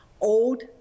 old